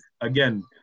again